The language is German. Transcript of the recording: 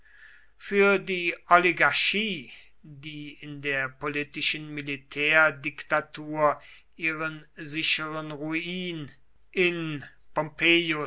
für die oligarchie die in der politischen militärdiktatur ihren sicheren ruin in